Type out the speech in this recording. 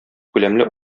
күләмле